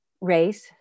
race